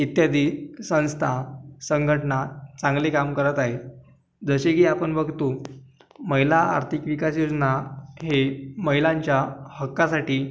इत्यादी संस्था संघटना चांगली काम करत आहेत असे की आपण बघतो महिला आर्थिक विकास योजना हे महिलांच्या हक्कांसाठी